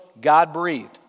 God-breathed